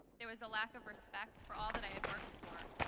there was a lack of respect for all that i had worked for.